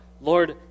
Lord